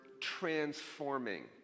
transforming